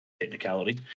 technicality